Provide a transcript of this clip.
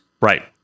Right